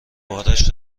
بارش